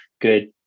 good